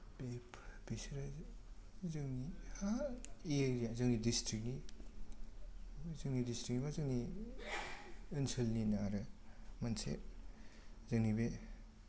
बेसोरो जोंनि हा एरिया जोंनि डिस्ट्रिक्ट नि जोंनि डिस्ट्रिक्ट नि बा जोंनि ओनसोलनिनो आरो मोनसे जोंनि बे